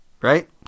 right